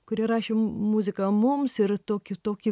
kurie rašė muziką mums ir tokį tokį